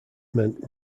meant